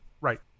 Right